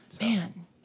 Man